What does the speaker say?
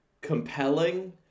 compelling